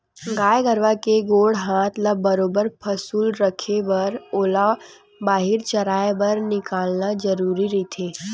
गाय गरुवा के गोड़ हात ल बरोबर पसुल रखे बर ओला बाहिर चराए बर निकालना जरुरीच रहिथे